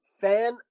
fan